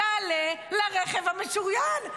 תעלה לרכב המשוריין.